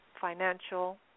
financial